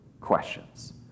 questions